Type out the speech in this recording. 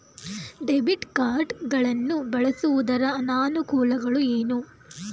Debit card ಗಳನ್ನು ಬಳಸುವುದರ ಅನಾನುಕೂಲಗಳು ಏನು?